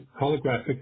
holographic